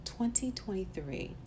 2023